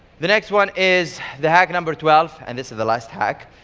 the next one is the hack number twelve. and this is the last hack.